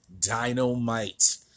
Dynamite